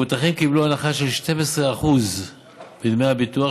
המבוטחים קיבלו הנחה של 12% בדמי הביטוח